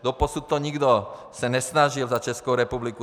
Doposud se to nikdo nesnažil za Českou republiku.